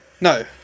No